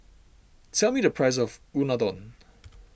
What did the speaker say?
tell me the price of Unadon